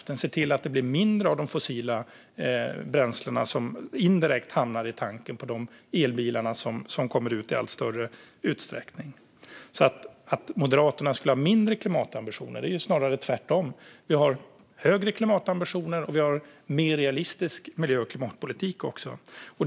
Vi behöver se till att det blir mindre av de fossila bränslena, som indirekt hamnar i tanken på de elbilar som kommer ut i allt större utsträckning. Det sägs här att Moderaterna skulle ha lägre klimatambitioner, men det är snarare tvärtom. Vi har högre klimatambitioner, och vi har en mer realistisk miljö och klimatpolitik.